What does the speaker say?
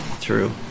True